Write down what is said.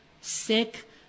sick